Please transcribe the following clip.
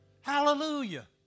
hallelujah